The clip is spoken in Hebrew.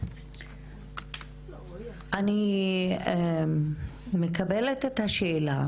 אני מקבלת את השאלה,